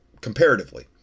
comparatively